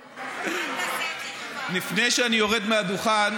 אולי, את מירי רגב, לפני שאני יורד מהדוכן,